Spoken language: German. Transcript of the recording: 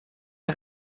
der